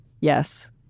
Yes